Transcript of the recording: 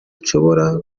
nshobora